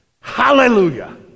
Hallelujah